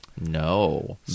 No